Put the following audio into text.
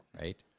Right